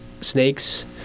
snakes